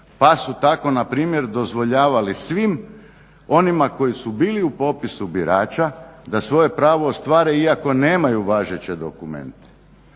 pa su tako npr. dozvoljavali svim onima koji su bili u popisu birača da svoje pravo ostvare iako nemaju važeće dokumente.